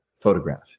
photograph